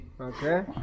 Okay